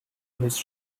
his